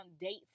dates